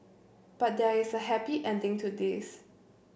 but there is a happy ending to this